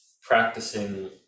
practicing